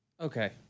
Okay